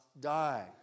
die